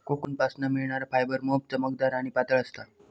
कोकूनपासना मिळणार फायबर मोप चमकदार आणि पातळ असता